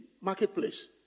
marketplace